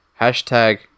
Hashtag